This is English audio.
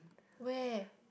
where